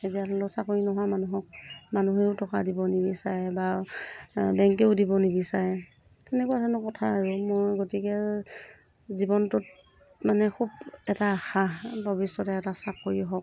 এতিয়া ধৰি ল চাকৰি নোহোৱা মানুহক মানুহেও টকা দিব নিবিচাৰে বা বেংকেও দিব নিবিচাৰে তেনেকুৱা ধৰণৰ কথা আৰু মই গতিকে জীৱনটোত মানে খুব এটা আশা ভৱিষ্যতে এটা চাকৰি হওক